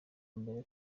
mbere